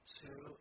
two